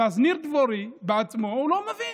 ואז ניר דבורי בעצמו לא מבין.